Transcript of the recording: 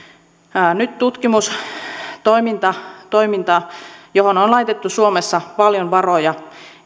nyt tutkimustoiminta johon on laitettu suomessa paljon varoja